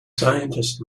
scientist